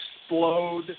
explode